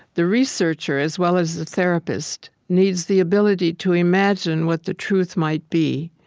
the researcher, as well as the therapist, needs the ability to imagine what the truth might be.